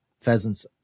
pheasants